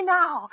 now